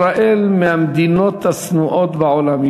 ישראל מהמדינות השנואות בעולם,